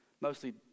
mostly